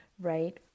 right